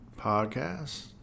podcast